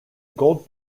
gold